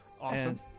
Awesome